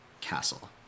castle